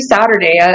Saturday